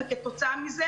כתוצאה מזה,